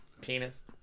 Penis